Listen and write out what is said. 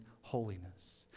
holiness